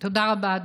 תודה רבה.